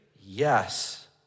Yes